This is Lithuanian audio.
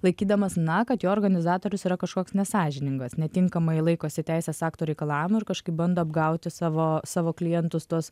laikydamas na kad jo organizatorius yra kažkoks nesąžiningas netinkamai laikosi teisės aktų reikalavimų ir kažkaip bando apgauti savo savo klientus tuos